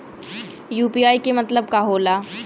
UPI के मतलब का होला?